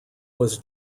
was